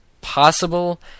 possible